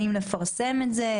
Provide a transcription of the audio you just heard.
האם לפרסם את זה,